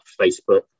Facebook